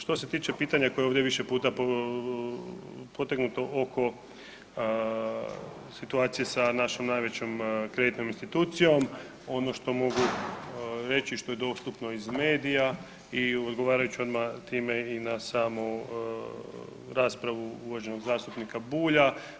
Što se tiče pitanja koje je ovdje više puta potegnuto oko situacije sa našom najvećom kreditnom institucijom, ono što mogu reći i što je dostupno iz medija i odgovarajući odma time i na samu raspravu uvaženog zastupnika Bulja.